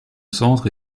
centre